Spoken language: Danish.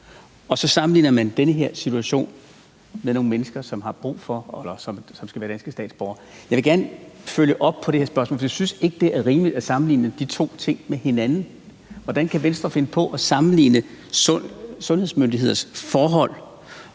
vi får coronavirus, med den her situation, hvor nogle mennesker skal være danske statsborgere. Jeg vil gerne følge op på det her spørgsmål, for jeg syntes ikke, det er rimeligt at sammenligne de to ting med hinanden. Hvordan kan Venstre finde på at sammenligne sundhedsmyndighedernes forhold